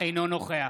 אינו נוכח